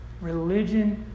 religion